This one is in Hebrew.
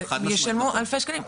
וישלמו אלפי שקלים.